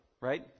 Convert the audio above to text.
Right